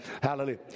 Hallelujah